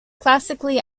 classically